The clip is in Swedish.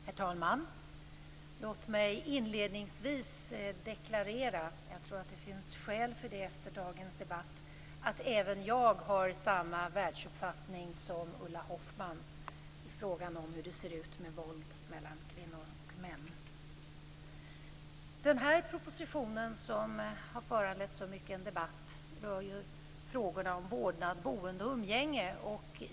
Herr talman! Låt mig inledningsvis deklarera - jag tror att det finns skäl till det efter dagens debatt - att även jag har samma världsuppfattning som Ulla Hoffmann i frågan om hur det ser ut med våld mellan kvinnor och män. Den här propositionen som har föranlett så mycken debatt rör ju frågan om vårdnad, boende och umgänge.